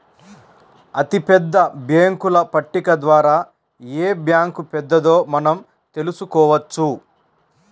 అతిపెద్ద బ్యేంకుల పట్టిక ద్వారా ఏ బ్యాంక్ పెద్దదో మనం తెలుసుకోవచ్చు